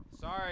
Sorry